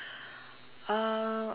uh